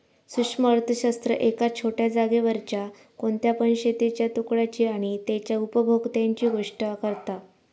सूक्ष्म अर्थशास्त्र एका छोट्या जागेवरच्या कोणत्या पण शेतीच्या तुकड्याची आणि तेच्या उपभोक्त्यांची गोष्ट करता